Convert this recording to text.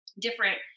different